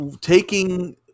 taking